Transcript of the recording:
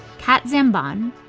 kat zambon,